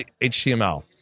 HTML